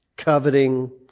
Coveting